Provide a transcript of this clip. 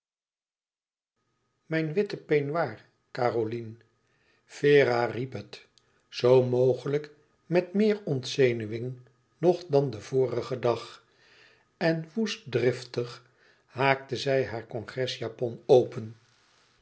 mijn witte peignoir caroline vera riep het zoo mogelijk met meer ontzenuwing nog dan den vorigen dag en woest driftig haakte zij haar congresjapon open